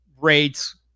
Rates